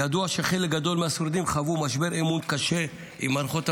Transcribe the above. ידוע שחלק גדול מהשורדים חוו משבר אמון קשה עם מערכות המדינה,